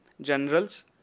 generals